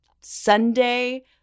Sunday